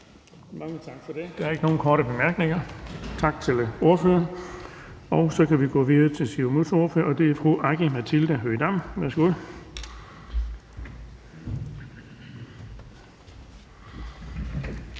Bonnesen): Der er ikke nogen korte bemærkninger. Tak til ordføreren. Så kan vi gå videre til Siumuts ordfører, og det er fru Aki-Matilda Høegh-Dam. Værsgo.